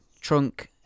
Trunk